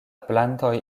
plantoj